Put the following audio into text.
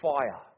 fire